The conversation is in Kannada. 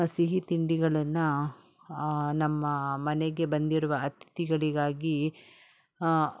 ಸಿಹಿ ತಿಂಡಿಗಳನ್ನು ನಮ್ಮ ಮನೆಗೆ ಬಂದಿರುವ ಅತಿಥಿಗಳಿಗಾಗಿ